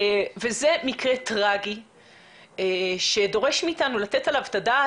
אי אפשר שהם ימשיכו ליפול בין הכיסאות,